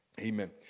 Amen